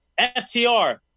FTR